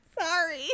Sorry